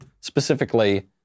specifically